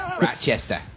Rochester